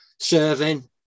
serving